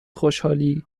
خوشحالییییی